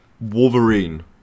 Wolverine